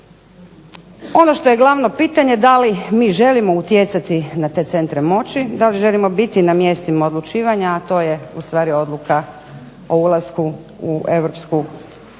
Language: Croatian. Ono što je glavno pitanje da li mi želimo utjecati na te centre moći, da li želimo biti na mjestima odlučivanja, a to je u stvari odluka o ulasku u Europsku uniju,